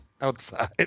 Outside